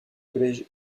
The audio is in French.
collège